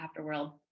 afterworld